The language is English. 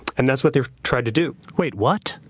and that's what they tried to do. wait, what?